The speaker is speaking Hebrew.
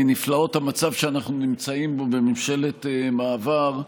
מנפלאות המצב שאנחנו נמצאים בו בממשלת מעבר,